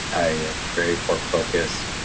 i had very poor focus,